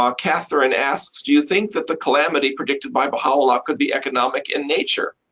um catherine asks, do you think that the calamity predicted by baha'u'llah could be economic in nature?